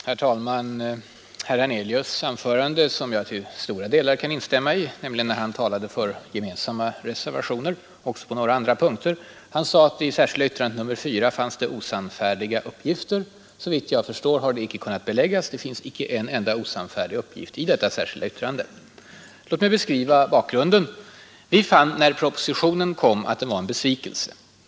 Herr talman! Herr Hernelius” anförande kan jag till stora delar instämma i, nämligen när han talade för gemensamma reservationer men också på några andra punkter. Herr Hernelius sade att det i det särskilda yttrandet nr 4 fanns osannfärdiga uppgifter. Såvitt jag förstår har det icke kunnat beläggas Det finns icke en enda osannfärdig uppgift i detta ärskilda yttrande av herr Molin och mig. Låt mig beskriva bakgrunden. Vi fann, är propositionen kom, att den var en besvikelse.